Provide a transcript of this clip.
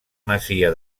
masia